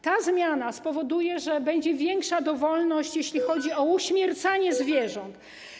Ta zmiana spowoduje, że będzie większa dowolność, jeśli chodzi o uśmiercanie zwierząt.